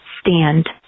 stand